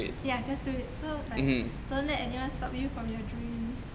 ya just do it so like don't anyone stop you from your dreams